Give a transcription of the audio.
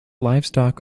livestock